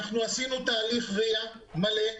עשינו תהליך RIA מלא,